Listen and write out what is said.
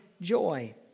joy